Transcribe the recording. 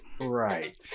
Right